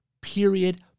period